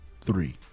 three